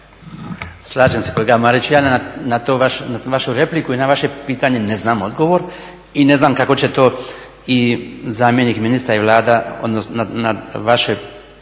Slažem se kolega Mariću. Ja na vašu repliku i na vaše pitanje ne znam odgovor i ne znam kako će to i zamjenik ministra i Vlada na vaše